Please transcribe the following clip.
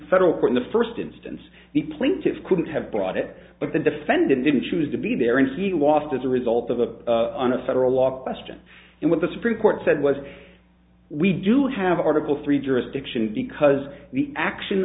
federal court in the first instance the plaintiffs couldn't have brought it but the defendant didn't choose to be there and he was as a result of a on a federal law question and what the supreme court said was we do have article three jurisdiction because the action